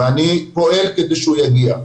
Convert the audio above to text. אני פועל כדי שהוא יגיע.